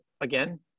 again